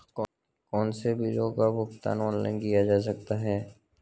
कौनसे बिलों का भुगतान ऑनलाइन किया जा सकता है?